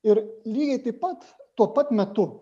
ir lygiai taip pat tuo pat metu